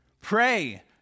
pray